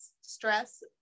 stress